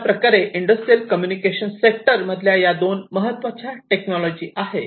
अशाप्रकारे industrial communication सेक्टरमधील या 2 महत्त्वाच्या टेक्नॉलॉजी आहेत